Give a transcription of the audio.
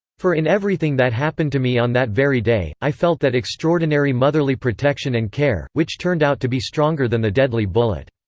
for in everything that happened to me on that very day, i felt that extraordinary motherly protection and care, which turned out to be stronger than the deadly bullet.